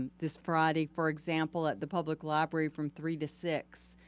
this friday, for example, at the public library from three to six,